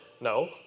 No